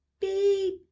beep